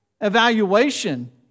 evaluation